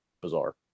bizarre